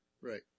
right